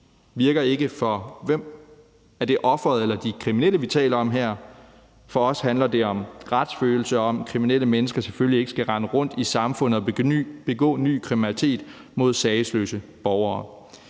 Virker ikke for hvem? Er det offeret eller de kriminelle, vi taler om her? For os handler det om retsfølelse og om, at kriminelle mennesker selvfølgelig ikke skal rende rundt i samfundet og begå ny kriminalitet mod sagesløse borgere.